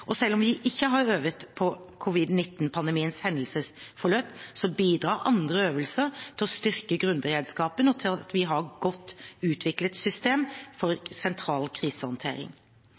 Og selv om vi ikke har øvet på covid-19-pandemiens hendelsesforløp, bidrar andre øvelser til å styrke grunnberedskapen og til at vi har et godt utviklet system for sentral krisehåndtering.